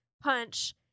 punch